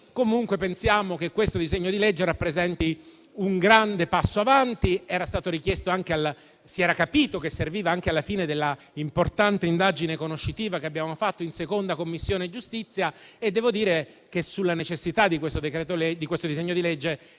comunque pensiamo che questo disegno di legge rappresenti un grande passo avanti. Si era capito che serviva, anche all'esito dell'importante indagine conoscitiva che abbiamo fatto in Commissione giustizia, e devo dire che sulla necessità di questo disegno di legge